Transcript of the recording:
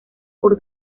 por